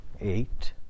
eight